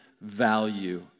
value